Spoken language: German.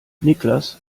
niklas